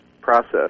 process